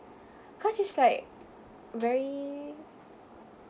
cause it's like very